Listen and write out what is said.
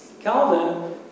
Calvin